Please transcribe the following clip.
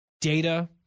data